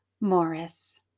Morris